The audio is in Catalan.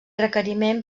requeriment